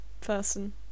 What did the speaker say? person